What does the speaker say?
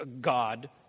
God